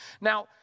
Now